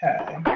Okay